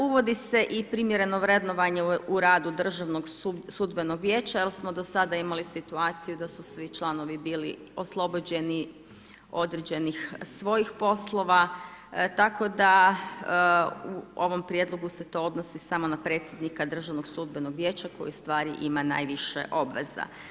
Uvodi se i primjereno vrednovanje u radu Državnog sudbenog vijeća, jer smo do sada imali situaciju da su svi članovi bili oslobođeni određenih svojih poslova, tako da u ovom prijedlogu se to odnosi samo na predsjednika Državnog sudbenog vijeća, koji ustvari ima najviše obveza.